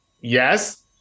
Yes